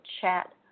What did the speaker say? chat